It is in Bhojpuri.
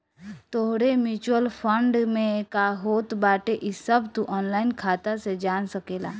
तोहरे म्यूच्यूअल फंड में का होत बाटे इ सब तू ऑनलाइन खाता से जान सकेला